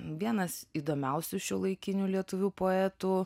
vienas įdomiausių šiuolaikinių lietuvių poetų